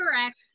Correct